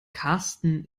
karsten